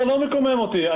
לא מקומם אותי.